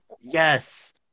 Yes